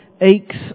Aches